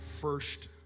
first